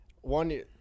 one